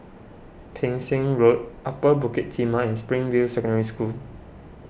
Pang Seng Road Upper Bukit Timah and Springfield Secondary School